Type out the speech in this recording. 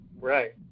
right